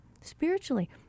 spiritually